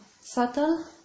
subtle